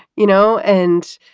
you know? and